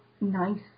nice